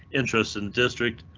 interest in district.